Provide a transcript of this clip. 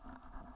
ah